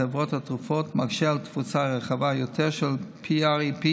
חברות התרופות מקשה על תפוצה רחבה יותר של ה-PrEP,